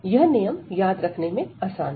यह नियम याद रखने में आसान है